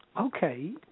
Okay